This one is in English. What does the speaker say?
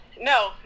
no